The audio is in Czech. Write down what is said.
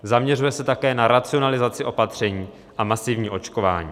Zaměřuje se také na racionalizaci opatření a masivní očkování.